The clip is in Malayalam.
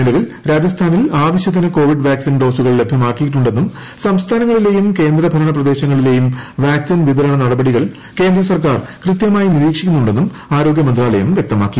നിലവിൽ രാജസ്ഥാനിൽ ആവശ്യത്തിന് കോവിഡ് വാക്സിൻ ഡോസുകൾ ലഭ്യമാക്കിയിട്ടുണ്ടെന്നും സംസ്ഥാനങ്ങളിലേയും കേന്ദ്ര ഭരണ പ്രദേശങ്ങളിലേയും വാക്സിൻ വിതരണ നടപടികൾ കേന്ദ്ര സർക്കാർ കൃത്യമായി നിരീക്ഷിക്കുന്നുണ്ടെന്നും ആരോഗ്യമന്ത്രാലയം വ്യക്തമാക്കി